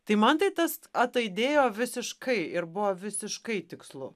tai man tai tas ataidėjo visiškai ir buvo visiškai tikslu